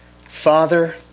Father